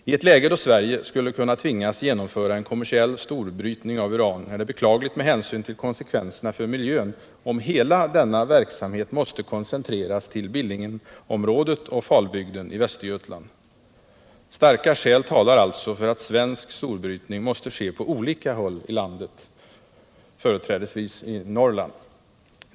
I ett läge, då Sverige skulle kunna tvingas att genomföra en kommersiell storbrytning av uran, är det beklagligt med hänsyn till konsekvenserna för miljön, om hela denna verksamhet måste koncentreras till Billingenområdet och Falbygden i Västergötland. Starka skäl talar alltså för att svensk storbrytning måste ske på olika håll i landet, företrädesvis i Norrland.